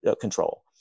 control